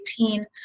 2018